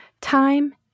Time